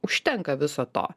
užtenka viso to